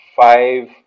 five